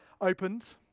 opened